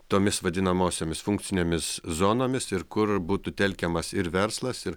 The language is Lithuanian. tomis vadinamosiomis funkcinėmis zonomis ir kur būtų telkiamas ir verslas ir